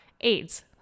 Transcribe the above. aids